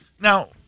Now